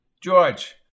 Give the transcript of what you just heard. George